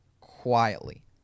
quietly